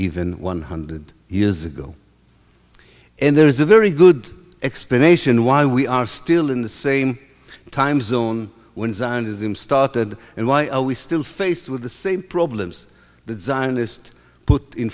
even one hundred years ago and there is a very good explanation why we are still in the same time zone when zionism started and why are we still faced with the same problems that zionist put in